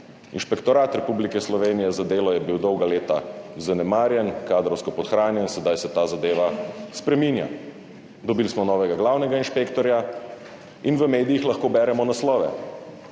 Inšpektorat Republike Slovenije za delo je bil dolga leta zanemarjen, kadrovsko podhranjen, sedaj se ta zadeva spreminja. Dobili smo novega glavnega inšpektorja in v medijih lahko beremo naslove,